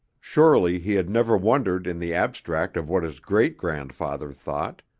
surely he had never wondered in the abstract of what his great grandfather thought,